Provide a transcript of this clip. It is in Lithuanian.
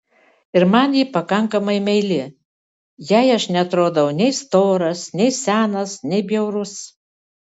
ir man ji pakankamai meili jai aš neatrodau nei storas nei senas nei bjaurus